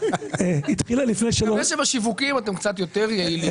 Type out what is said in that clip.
אני מקווה שבשיווקים אתם קצת יותר יעילים